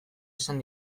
esan